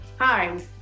Hi